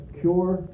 cure